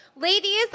Ladies